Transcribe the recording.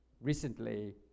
Recently